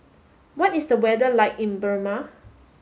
what is the weather like in Burma